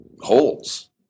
holes